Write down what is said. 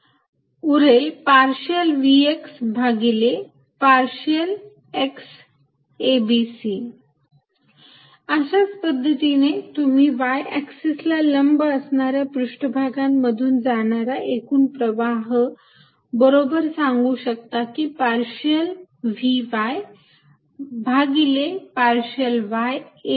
Net flow through surface perpendicular to the x axis vxxyzbcvxxyzbcvx∂xabcvx∂xabc अशाच पद्धतीने तुम्ही y axis ला लंब असणाऱ्या पृष्ठभागांमधून जाणारा एकूण प्रवाह बरोबर सांगू शकता की पार्शियल Vy भागिले पार्शियल y abc